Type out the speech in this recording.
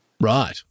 Right